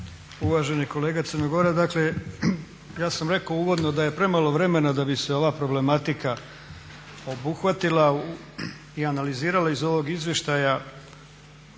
dakle ja sam rekao uvodno da je premalo vremena da bi se ova problematika obuhvatila i analizirala. Iz ovog izveštaja